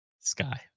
Sky